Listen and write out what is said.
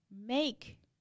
Make